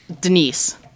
Denise